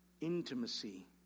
intimacy